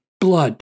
blood